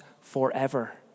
forever